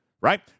Right